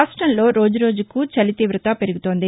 రాష్టంలో రోజు రోజుకూ చలి తీవత పెరుగుతోంది